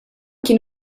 kien